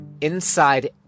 inside